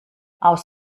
aus